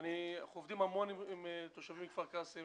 אנחנו עובדים המון עם תושבי כפר קאסם.